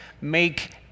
make